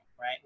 right